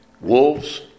wolves